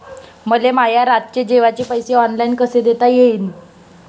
मले माया रातचे जेवाचे पैसे ऑनलाईन कसे देता येईन?